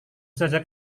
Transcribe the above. saja